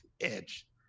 edge